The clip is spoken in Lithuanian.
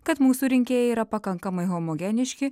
kad mūsų rinkėjai yra pakankamai homogeniški